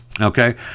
okay